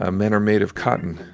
ah men are made of cotton.